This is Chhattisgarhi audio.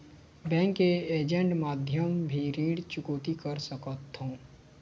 बैंक के ऐजेंट माध्यम भी ऋण चुकौती कर सकथों?